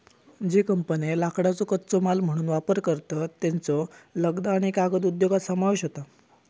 ज्ये कंपन्ये लाकडाचो कच्चो माल म्हणून वापर करतत, त्येंचो लगदा आणि कागद उद्योगात समावेश होता